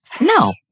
no